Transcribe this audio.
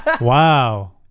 Wow